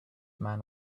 man